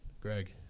Greg